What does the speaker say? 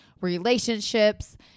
relationships